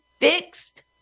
fixed